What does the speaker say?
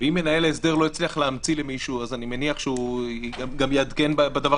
אם מנהל ההסדר לא הצליח להמציא למישהו אז אני מניח שהוא גם יעדכן בדבר